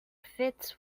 fits